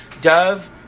dove